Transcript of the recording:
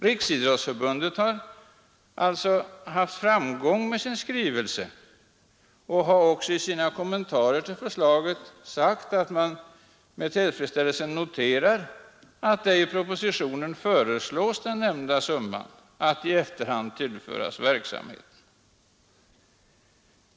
Riksidrottsförbundet har alltså haft framgång med sin skrivelse och har också i sina kommentarer till förslaget sagt att man med tillfredsställelse noterar att det i propositionen föreslås att den nämnda summan i efterhand skall tillföras verksamheten.